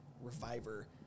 Reviver